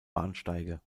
bahnsteige